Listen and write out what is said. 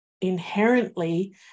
inherently